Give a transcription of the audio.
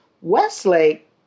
Westlake